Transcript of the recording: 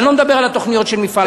אני לא מדבר על התוכניות של מפעל הפיס,